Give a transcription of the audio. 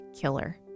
killer